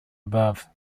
above